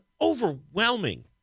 overwhelming